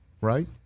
Right